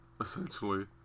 essentially